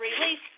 Release